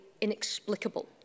inexplicable